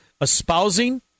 espousing